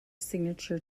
signature